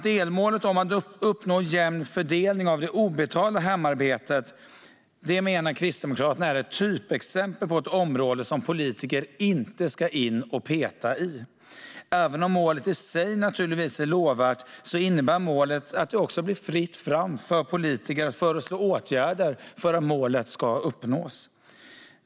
Delmålet om att uppnå en jämn fördelning av det obetalda hemarbetet menar Kristdemokraterna är ett typexempel på ett område som politiker inte ska in och peta i. Även om målet i sig naturligtvis är lovvärt innebär det att det också blir fritt fram för politiker att föreslå åtgärder för att målet ska uppnås.